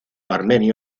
paralímpico